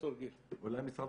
משרד